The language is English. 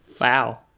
Wow